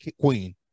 queen